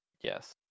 Yes